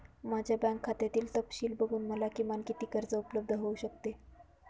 माझ्या बँक खात्यातील तपशील बघून मला किमान किती कर्ज उपलब्ध होऊ शकते?